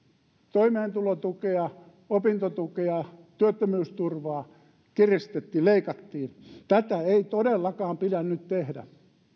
toimeentulotukea opintotukea työttömyysturvaa kiristettiin leikattiin tätä ei todellakaan pidä nyt tehdä